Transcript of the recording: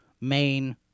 main